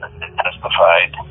testified